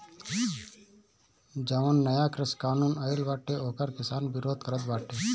जवन नया कृषि कानून आइल बाटे ओकर किसान विरोध करत बाटे